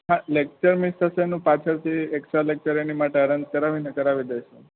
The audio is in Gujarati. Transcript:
હા લેકચર મિસ થશે પાછળથી એકસ્ટ્રા લેકચર એની માટે અરેન્જ કરાવી ને કરાવી દઇશ